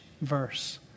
verse